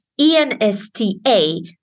ENSTA